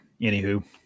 anywho